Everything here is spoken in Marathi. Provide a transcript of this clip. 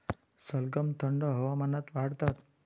सलगम थंड हवामानात वाढतात